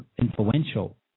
influential